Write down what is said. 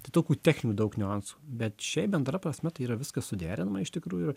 tai tokių techninių daug niuansų bet šiaip bendra prasme tai yra viskas suderinama iš tikrųjų